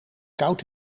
koud